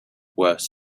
worse